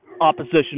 opposition